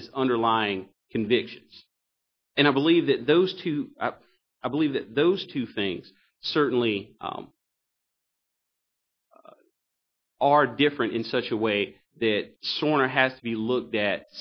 his underlying convictions and i believe that those two i believe that those two things certainly are different in such a way that sorta has to be looked at